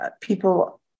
people